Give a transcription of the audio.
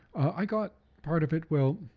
i got part of it well,